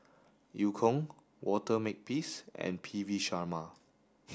Eu Kong Walter Makepeace and P V Sharma